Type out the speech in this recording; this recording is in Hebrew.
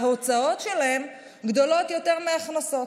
ההוצאות שלהם גדולות יותר מההכנסות.